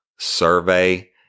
Survey